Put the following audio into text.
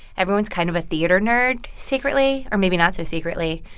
everyone's kind of a theater nerd secretly or maybe not so secretly.